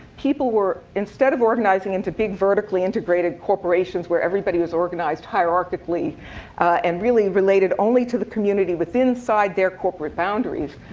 people were, instead of organizing into big, vertically-integrated corporations where everybody was organized hierarchically and really related only to the community inside their corporate boundaries,